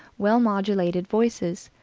well-modulated voices,